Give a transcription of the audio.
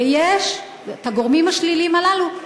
ויש הגורמים השליליים הללו,